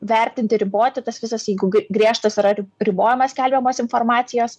vertinti riboti tas visas jeigu griežtas yra ribojamas skelbiamos informacijos